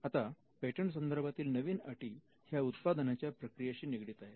आता पेटंट संदर्भातील नवीन अटी ह्या उत्पादनाच्या प्रक्रियाशी निगडीत आहेत